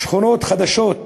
שכונות חדשות אין,